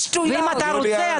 ואם אתה רוצה,